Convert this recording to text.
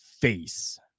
face